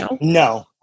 No